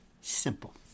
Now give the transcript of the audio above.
simple